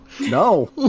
No